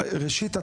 ראשית,